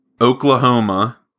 Oklahoma